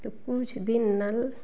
तो कुछ दिन नल